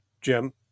Jim